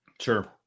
Sure